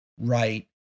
right